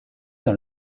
dans